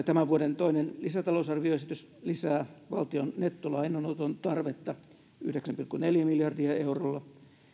tämän vuoden toinen lisätalousarvioesitys lisää valtion nettolainanoton tarvetta yhdeksän pilkku neljä miljardia euroa